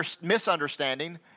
misunderstanding